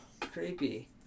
creepy